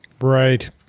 Right